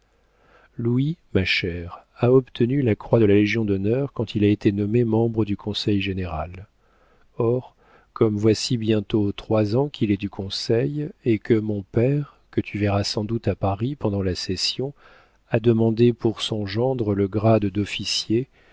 louis ma chère a obtenu la croix de la légion-d'honneur quand il a été nommé membre du conseil général or comme voici bientôt trois ans qu'il est du conseil et que mon père que tu verras sans doute à paris pendant la session a demandé pour son gendre le grade